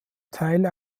teil